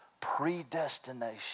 Predestination